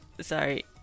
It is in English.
sorry